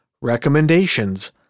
Recommendations